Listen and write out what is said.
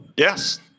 Yes